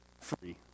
Free